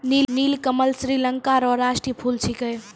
नीलकमल श्रीलंका रो राष्ट्रीय फूल छिकै